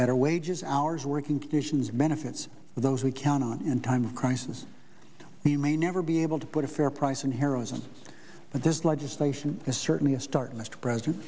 better wages hours working conditions benefits those we count on in times of crisis we may never be able to put a fair price in heroism but this legislation is certainly a start mr president